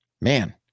man